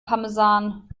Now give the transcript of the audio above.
parmesan